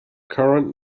current